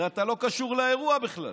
הרי אתה לא קשור לאירוע בכלל.